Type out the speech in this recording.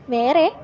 വേറെ